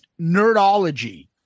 nerdology